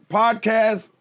podcast